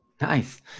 Nice